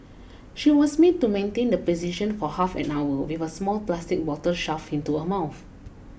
she was made to maintain the position for half an hour with a small plastic bottle shoved into her mouth